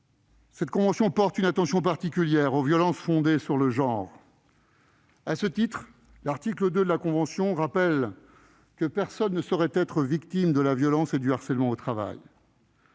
Cette convention porte une attention particulière aux violences fondées sur le genre. À ce titre, l'article 2 rappelle que personne ne saurait être victime de la violence et du harcèlement au travail.